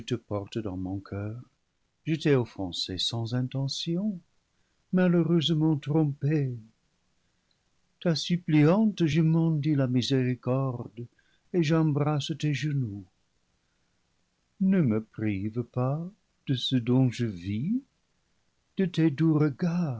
dans mon coeur je t'ai offensé sans intention malheureusement trompée ta suppliante je mendie la miséricorde et j'embrasse tes genoux ne me prive pas de ce dont je vis de tes doux regards